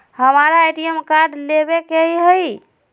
हमारा ATM card लेव के हई